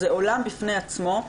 זה עולם בפני עצמו.